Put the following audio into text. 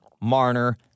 Marner